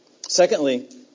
Secondly